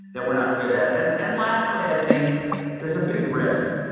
that we're not good at. and and lastly, i think there's a big risk,